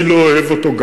גם אני לא אוהב אותו,